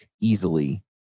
easily